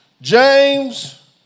James